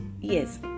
yes